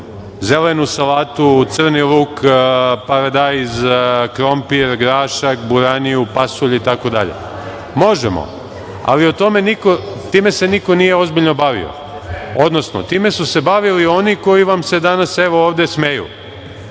zelenu salatu, crni luk, paradajz, krompir, grašak, boraniju, pasulj itd? Možemo, ali time se niko nije ozbiljno bavio, odnosno time su se bavili oni koji vam se danas evo ovde smeju.